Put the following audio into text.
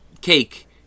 cake